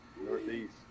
Northeast